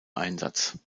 einsatz